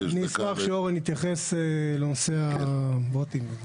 אני אשמח שאורן יתייחס לנושא הבוטים.